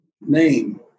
name